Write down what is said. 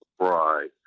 Right